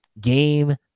game